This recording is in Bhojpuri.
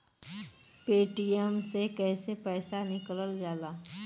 पेटीएम से कैसे पैसा निकलल जाला?